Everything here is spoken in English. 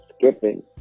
skipping